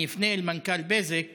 אני אפנה אל מנכ"ל בזק